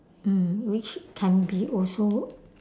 mm which can be also